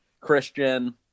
christian